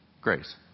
Grace